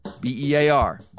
B-E-A-R